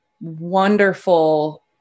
wonderful